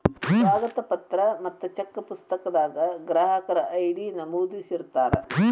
ಸ್ವಾಗತ ಪತ್ರ ಮತ್ತ ಚೆಕ್ ಪುಸ್ತಕದಾಗ ಗ್ರಾಹಕರ ಐ.ಡಿ ನಮೂದಿಸಿರ್ತಾರ